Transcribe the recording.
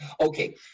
Okay